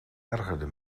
ergerde